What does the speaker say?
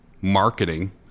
marketing